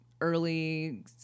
early